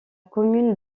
commune